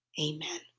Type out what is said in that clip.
amen